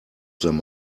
them